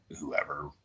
whoever